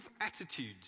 attitudes